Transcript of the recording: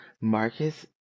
Marcus